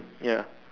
ya